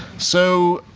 so,